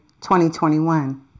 2021